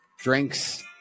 drinks